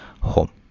home